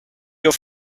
your